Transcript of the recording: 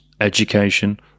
education